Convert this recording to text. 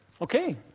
Okay